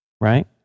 right